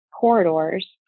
corridors